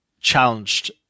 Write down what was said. challenged